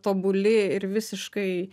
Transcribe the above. tobuli ir visiškai